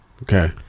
Okay